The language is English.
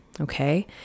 Okay